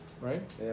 right